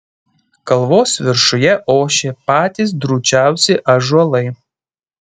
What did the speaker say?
kalvos viršuje ošė patys drūčiausi ąžuolai